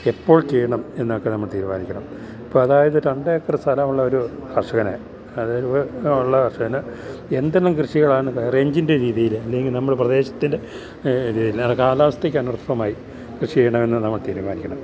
എപ്പോൾ ചെയ്യണം എന്നൊക്കെ നമ്മൾ തീരുമാനിക്കണം ഇപ്പോള് അതായത് രണ്ടേക്കർ സ്ഥലമുള്ള ഒരു കർഷകന് അതായത് ഉള്ള കർഷകന് എന്തെല്ലാം കൃഷികളാണ് ഹൈറേഞ്ചിൻ്റെ രീതിയില് അല്ലെങ്കില് നമ്മുടെ പ്രദേശത്തിൻ്റെ രീതിയില് കാലാവസ്ഥയ്ക്ക് അനർത്ഥമായി കൃഷി ചെയ്യണമെന്ന് നമ്മൾ തീരുമാനിക്കണം